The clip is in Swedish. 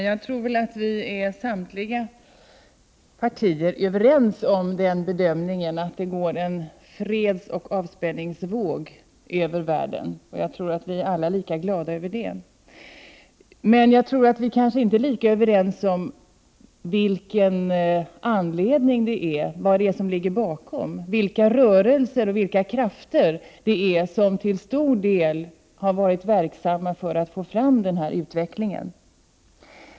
Herr talman! Jag tror att samtliga partier är överens om bedömningen att det går en fredsoch avspänningsvåg över världen. Och jag tror att vi alla är lika glada över det. Men vi kanske inte är lika överens om vad som ligger bakom detta och vilka rörelser och krafter som till stor del har varit verksamma för att få i gång denna utveckling.